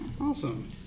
Awesome